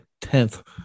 tenth